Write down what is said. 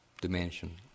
dimension